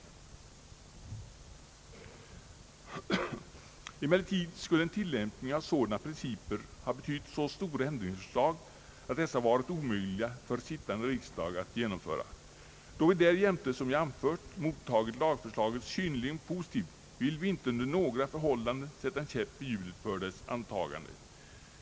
Emellertid skulle en tillämpning av sådana principer ha betytt så stora ändringsförslag att det varit omöjligt för sittande riksdag att genomföra dem. Då vi därjämte, som jag anfört, har mottagit lagförslaget synnerligen positivt vill vi inte under några förhållanden sätta en käpp i hjulet för dess antagande.